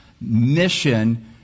mission